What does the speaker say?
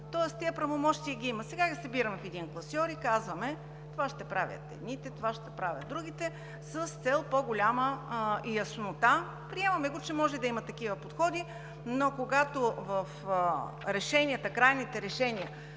Тоест тези правомощия ги има. Сега ги събираме в един класьор и казваме: това ще правят едните, това ще правят другите, с цел по-голяма яснота. Приемаме го, че може да има такива подходи, но когато в крайните решения